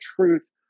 truth